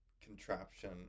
contraption